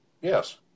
Yes